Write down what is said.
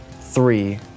three